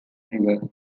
river